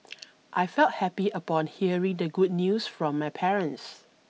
I felt happy upon hearing the good news from my parents